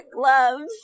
gloves